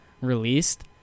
released